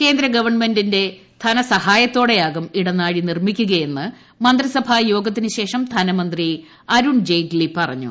കേന്ദ്ര ഗവൺമെന്റ് ധനസഹായത്തോടെയാകും ഇടനാഴി നിർമ്മിക്കുകയെന്ന് മന്ത്രിസഭാ യോഗത്തിന് ശേഷം ധനമന്ത്രി അരുൺ ജെയ്റ്റ്ലി പറഞ്ഞു